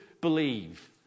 believe